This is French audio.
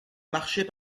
marchait